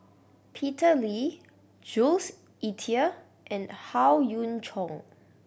Peter Lee Jules Itier and Howe Yoon Chong